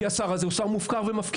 כי השר הזה הוא שר מופקר ומפקיר.